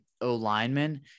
O-Lineman